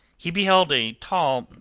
he beheld a tall,